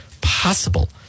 possible